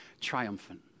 triumphant